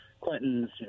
Clinton's